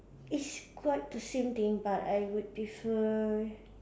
it's quite the same thing but I would prefer